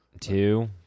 Two